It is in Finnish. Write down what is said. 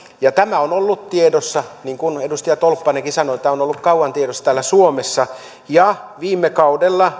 tämä on ollut tiedossa niin kuin edustaja tolppanenkin sanoi kauan täällä suomessa ja viime kaudella